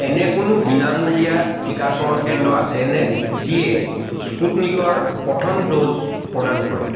এনে কোনো বিনামূলীয়া টীকাকৰণ কেন্দ্ৰ আছেনে যিয়ে স্পুটনিকৰ প্ৰথম ড'জ প্ৰদান কৰে